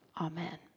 Amen